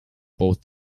both